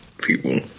people